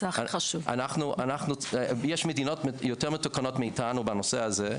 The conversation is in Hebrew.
יש מדינות יותר מתוקנות מאיתנו בנושא הזה,